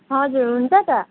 हजुर हुन्छ त